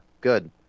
good